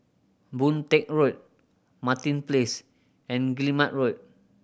Boon Teck Road Martin Place and Guillemard Road